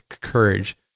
courage